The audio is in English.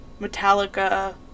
Metallica